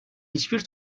hiçbir